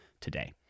today